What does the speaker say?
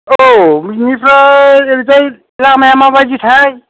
औ बिनिफ्राय ओरैजाय लामाया माबायदिथाय